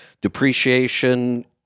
depreciation